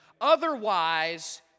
Otherwise